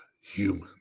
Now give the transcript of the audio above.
human